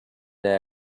day